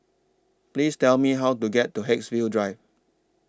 Please Tell Me How to get to Haigsville Drive